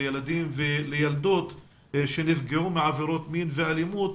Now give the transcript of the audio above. לילדים ולילדות שנפגעו מעבירות מין ואלימות,